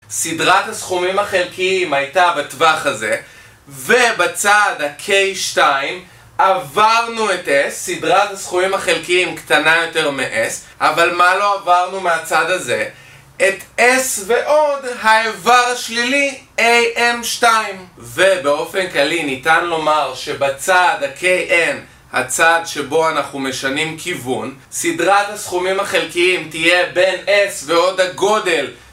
סדרת הסכומים החלקיים הייתה בטווח הזה ובצד ה-K2 עברנו את S סדרת הסכומים החלקיים קטנה יותר מ-S אבל מה לא עברנו מהצד הזה? את S ועוד האיבר שלילי AM2 ובאופן כללי ניתן לומר שבצד ה-KM הצד שבו אנחנו משנים כיוון סדרת הסכומים החלקיים תהיה בין S ועוד הגודל